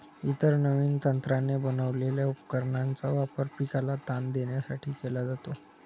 इतर नवीन तंत्राने बनवलेल्या उपकरणांचा वापर पिकाला ताण देण्यासाठी केला जातो